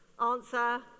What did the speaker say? Answer